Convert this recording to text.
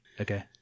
Okay